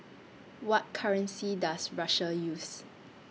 What currency Does Russia use